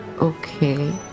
okay